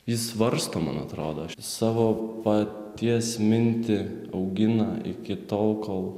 jis svarsto man atrodo savo paties mintį augina iki tol kol